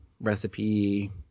recipe